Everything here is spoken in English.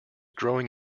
growing